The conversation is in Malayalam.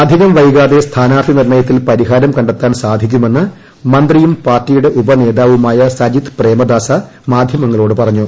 അധികം വൈകാതെ സ്ഥാനാർത്ഥി നിർണയത്തിൽ പരിഹാരം ക െ ത്താൻ സാധിക്കുമെന്ന് മന്ത്രിയും പാർട്ടിയുടെ ഉപനേതാവുമായ സജിത് പ്രേമദാസ മാധ്യങ്ങളോട് പറഞ്ഞു